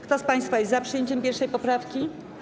Kto z państwa jest za przyjęciem 1. poprawki?